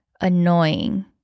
annoying